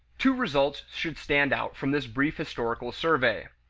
two results should stand out from this brief historical survey.